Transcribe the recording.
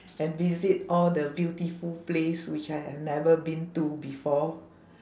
and visit all the beautiful place which I have never been to before